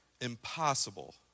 impossible